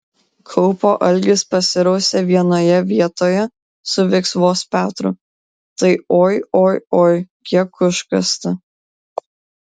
kaupo algis pasirausė vienoje vietoje su viksvos petru tai oi oi oi kiek užkasta